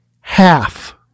Half